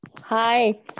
Hi